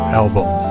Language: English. album